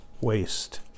waste